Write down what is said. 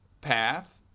path